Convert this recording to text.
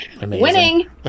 Winning